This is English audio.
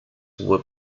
were